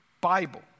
Bible